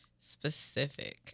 specific